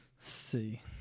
see